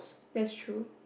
that's true